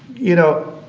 you know,